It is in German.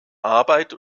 arbeit